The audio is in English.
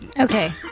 Okay